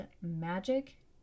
magic